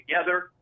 together